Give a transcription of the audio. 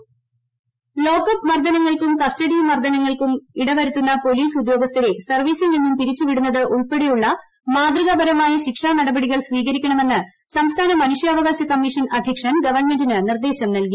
മനുഷ്യാവകാശ commission lockup മർദ്ദനങ്ങൾക്കൂർ custody മരണങ്ങൾക്കും ഇടവരുത്തുന്ന പോലീസ്സ് ഉദ്യോഗസ്ഥരെ സർവീസിൽ നിന്നും പിരിച്ചു വിടുന്നത് ഉൾപ്പ്പെടെയുള്ള മാതൃകാപരമായ ശിക്ഷാ നടപടികൾ സ്വീകരിക്കണമെന്ന് സംസ്ഥാന മനുഷ്യാവകാശ കമ്മീഷൻ അധ്യക്ഷൻ ഗവൺമെന്റിന് നിർദ്ദേശം നൽകി